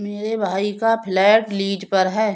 मेरे भाई का फ्लैट लीज पर है